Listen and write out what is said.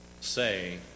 say